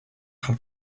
how